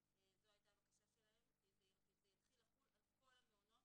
זו היתה הבקשה שלהם זה יתחיל לחול על כל המעונות